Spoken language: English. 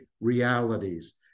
realities